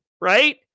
right